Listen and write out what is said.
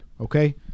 Okay